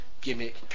gimmick